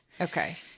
Okay